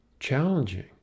challenging